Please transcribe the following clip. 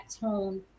tone